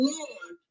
Lord